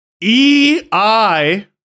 E-I